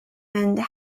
and